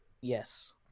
Yes